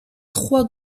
trois